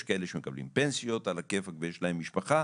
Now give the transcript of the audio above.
יש כאלה שמקבלים פנסיות על הכיפאק ויש להם משפחה,